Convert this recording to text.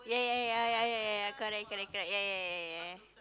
yeah yeah yeah yeah yeah yeah correct correct yeah yeah yeah